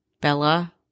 Bella